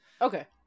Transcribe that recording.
Okay